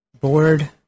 Board